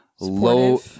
Low